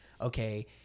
Okay